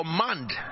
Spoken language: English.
command